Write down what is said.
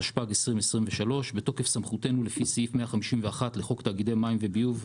התשפ"ג-2023 בתוקף סמכותנו לפי סעיף 151 לחוק תאגידי המים והביוב,